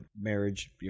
marriage